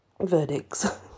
verdicts